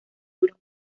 duros